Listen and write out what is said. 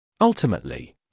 Ultimately